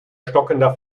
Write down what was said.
stockender